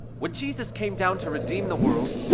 when jesus came down to redeem the world,